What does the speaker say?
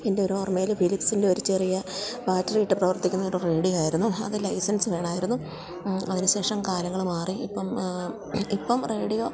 എൻ്റെ ഒരോർമയില് ഫിലിപ്സിന്റെയൊരു ചെറിയ ബാറ്ററി ഇട്ട് പ്രവർത്തിക്കുന്നൊരു റേഡിയോയായിരുന്നു അതിന് ലൈസൻസ് വേണമായിരുന്നു അതിനുശേഷം കാലങ്ങള് മാറി ഇപ്പം ഇപ്പം റേഡിയോ